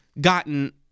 gotten